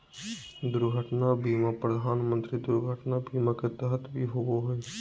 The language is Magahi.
दुर्घटना बीमा प्रधानमंत्री दुर्घटना बीमा के तहत भी होबो हइ